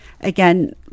again